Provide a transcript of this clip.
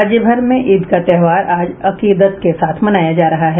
राज्यभर में ईद का त्योहार आज अकीदत के साथ मनाया जा रहा है